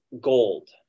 gold